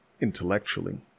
Intellectually